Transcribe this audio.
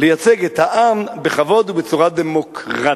לייצג את העם בכבוד ובצורה דמוקרטית.